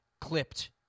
clipped